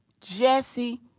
Jesse